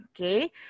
Okay